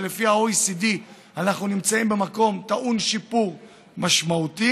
שלפי ה-OECD אנחנו נמצאים בה במקום טעון שיפור משמעותי.